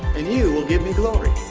and you will give me glory.